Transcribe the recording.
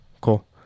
cool